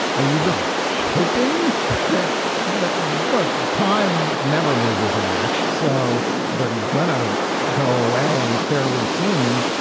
are you just hoping that the the time never loses a match? so they're gonna go away fairly soon,